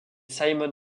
simon